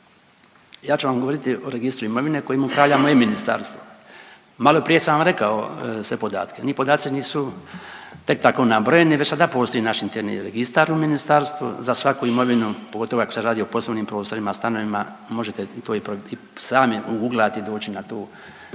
Ja ću vam govoriti o Registru imovine kojim upravlja moje ministarstvo. Maloprije sam vam rekao sve podatke. Ni podaci nisu tek tako nabrojeni, već sada postoji naš interni registar u ministarstvu, za svaku imovinu, pogotovo ako se radi o poslovnim prostorima, stanovima, možete to i sami uguglati i doći na tu,